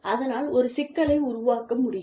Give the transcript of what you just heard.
அதனால் ஒரு சிக்கலை உருவாக்க முடியும்